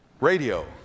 Radio